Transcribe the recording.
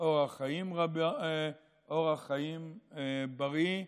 אורח חיים בריא,